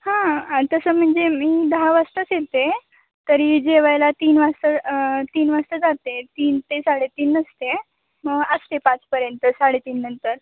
हां आणि तसं म्हणजे मी दहा वाजताच येते तरी जेवायला तीन वाजता तीन वाजता जाते तीन ते साडेतीन नसते मग असते पाचपर्यंत साडेतीन नंतर